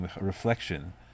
reflection